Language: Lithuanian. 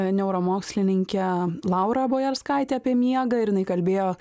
neuromokslininkė laura bojerskaite apie miegą ir jinai kalbėjo